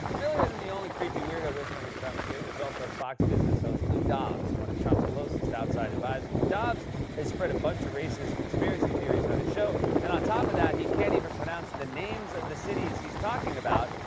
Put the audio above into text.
miller isn't the only creepy weirdo whispering in trump's ear. there's also fox business host, lou dobbs, one of trump's closest outside advisers. dobbs has spread a bunch of racist conspiracy theories on his show, and on top of that, he can't even pronounce the names of the cities he's talking about,